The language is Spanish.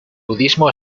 budismo